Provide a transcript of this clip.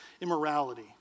immorality